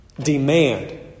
Demand